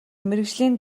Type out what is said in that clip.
мэргэжлийн